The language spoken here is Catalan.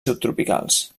subtropicals